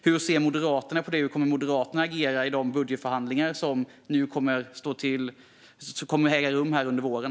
Hur ser Moderaterna på det, och hur kommer Moderaterna att agera i de budgetförhandlingar som kommer att äga rum här under våren?